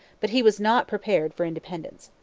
but he was not prepared for independence.